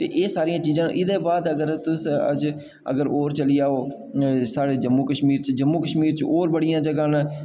ते एह् सारियां चीजां अगर होर चली जाओ साढ़े जम्मू कश्मीर च जम्मू कश्मीर च होर बड़ियां जगहां न